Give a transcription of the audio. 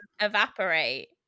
evaporate